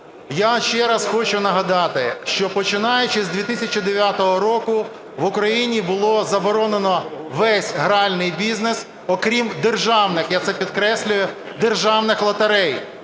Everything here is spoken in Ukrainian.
Я ще раз хочу нагадати, що починаючи з 2009 року, в Україні було заборонено весь гральний бізнес окрім державних, я це підкреслюю, державних лотерей,